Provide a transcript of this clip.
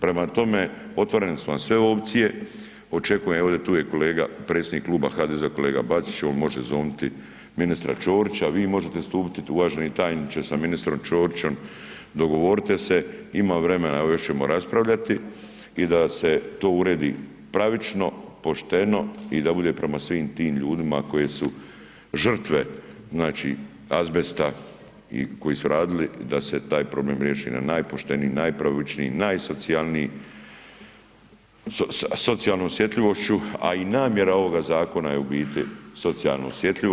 Prema tome, otvorene su vam sve opcije, očekujem evo tu je i kolega predsjednik kluba HDZ-a kolega Bačić on može zovnuti ministra Ćorića, vi možete stupiti uvaženi tajniče sa ministrom Ćorićom, dogovorite se, ima vremena, evo još ćemo raspravljati i da se to uredi pravično, pošteno i da bude prema svim tim ljudima koji su žrtve azbesta i koji su radili da se taj problem riješi na najpošteniji, najpravičniji, najsocijalniji sa socijalnom osjetljivošću, a i namjera ovoga zakona je u biti socijalno osjetljivo.